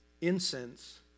incense